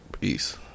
peace